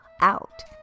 out